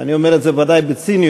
ואני אומר את זה ודאי בציניות,